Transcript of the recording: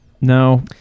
No